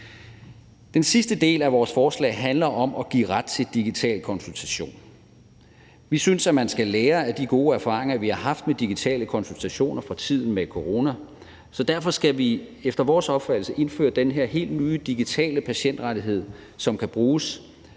Den sidste del af vores forslag handler om at give ret til digitale konsultationer. Vi synes, man skal lære af de gode erfaringer, vi har haft, med digitale konsultationer fra tiden med corona. Derfor skal vi efter vores opfattelse indføre den her helt nye digitale patientrettighed, som kan bruges,